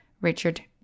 Richard